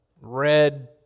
red